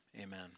amen